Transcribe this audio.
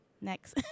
Next